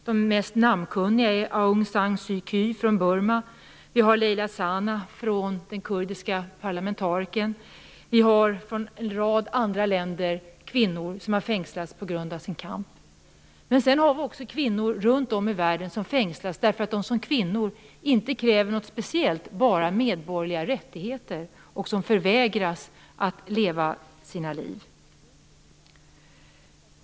De mest namnkunniga är Aung San Suu Kyi från Burma och den kurdiska parlamentarikern Leyla Zana, men det finns också namn på kvinnor från en rad andra länder som har fängslats på grund av sin kamp. Men det finns också kvinnor runt om i världen som fängslas utan att de kräver något speciellt, förutom medborgerliga rättigheter, och som förvägras att leva sina liv.